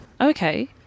Okay